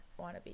wannabe